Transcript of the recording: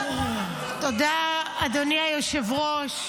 תודה, אדוני היושב-ראש.